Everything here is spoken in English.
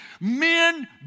Men